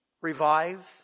revive